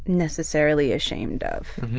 necessarily ashamed of.